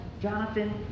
Jonathan